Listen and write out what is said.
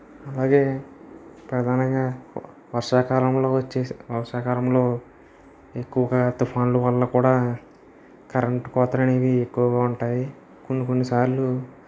అలాగే ప్రధానంగా వర్షాకాలంలో వచ్చే వర్షాకాలంలో ఎక్కువగా తుఫానుల వలన కూడా కరెంటు కోతలు అనేవి ఎక్కువగా ఉంటాయి కొన్ని కొన్ని సార్లు